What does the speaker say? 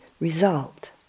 result